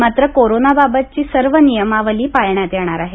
मात्र कोरानाबाबतची सर्व नियमावली पाळण्यात येणार आहे